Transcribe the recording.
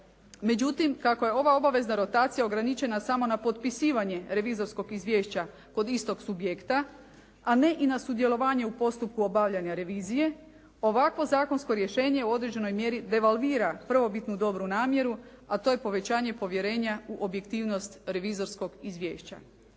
Međutim, kako je ova obavezna rotacija ograničena samo na potpisivanje revizorskog izvješća kod istog subjekta, a ne i na sudjelovanje u postupku obavljanja revizije ovakvo zakonsko rješenje u određenoj mjeri devalvira prvobitnu dobru namjeru, a to je povećanje povjerenja u objektivnost revizorskog izvješća.